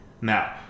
Now